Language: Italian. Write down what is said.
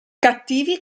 cattivi